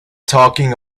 talking